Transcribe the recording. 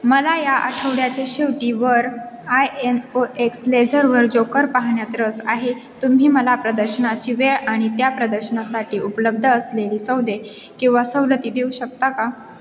मला या आठवड्याच्या शेवटीवर आय एन ओ एक्स लेझरवर जोकर पाहण्यात रस आहे तुम्ही मला प्रदर्शनाची वेळ आणि त्या प्रदर्शनासाठी उपलब्ध असलेली सौदे किंवा सवलती देऊ शकता का